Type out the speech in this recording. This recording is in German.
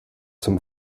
zum